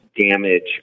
damage